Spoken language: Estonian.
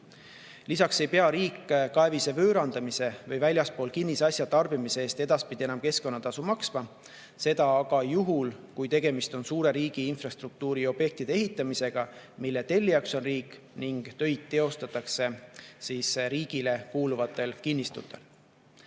Lisaks ei pea riik kaevise võõrandamise või väljaspool kinnisasja tarbimise eest edaspidi enam keskkonnatasu maksma. Seda aga juhul, kui tegemist on suure riigi infrastruktuuriobjekti ehitamisega, mille tellijaks on riik ning töid teostatakse riigile kuuluvatel kinnistutel.